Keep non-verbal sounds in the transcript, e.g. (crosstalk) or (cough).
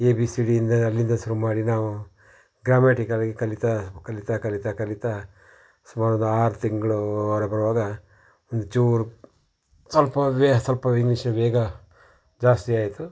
A B C ಡಿಯಿಂದ ಅಲ್ಲಿಂದ ಶುರು ಮಾಡಿ ನಾವು ಗ್ರಾಮೆಟಿಕಲಾಗಿ ಕಲಿತಾ ಕಲಿತಾ ಕಲಿತಾ ಕಲಿತಾ ಸುಮಾರು ಒಂದು ಆರು ತಿಂಗಳು ಹೊರಬರುವಾಗ ಒಂದು ಚೂರು ಸ್ವಲ್ಪ (unintelligible) ಸ್ವಲ್ಪ ಇಂಗ್ಲೀಷ್ ವೇಗ ಜಾಸ್ತಿ ಆಯಿತು